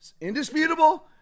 Indisputable